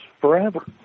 forever